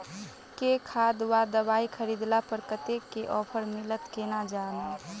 केँ खाद वा दवाई खरीदला पर कतेक केँ ऑफर मिलत केना जानब?